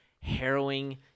harrowing